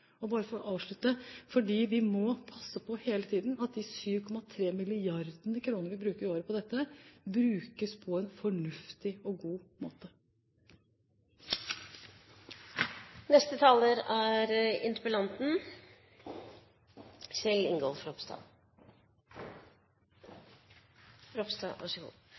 Og for å avslutte: Vi må hele tiden passe på at de 7,3 mrd. kr vi bruker i året på dette, brukes på en fornuftig og god måte.